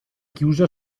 chiusa